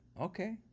Okay